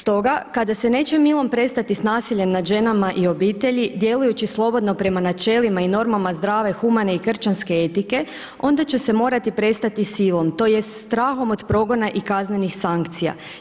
Stoga kada se neće milom prestati s nasiljem nad ženama i obitelji, djelujući slobodno prema načelima i normama zdrave, humane i kršćanske etike, onda će se morati prestati silom, tj. strahom od progona i kaznenih sankcija.